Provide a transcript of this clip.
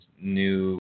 new